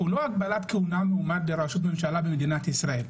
הוא לא הגבלת כהונה למועמד לראשות הממשלה במדינת ישראל,